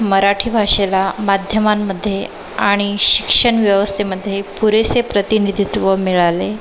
मराठी भाषेला माध्यमांमध्ये आणि शिक्षण व्यवस्थेमध्ये पुरेसे प्रतिनिधित्व मिळाले